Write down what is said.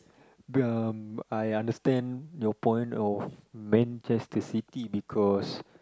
um I understand your point of Manchester-City because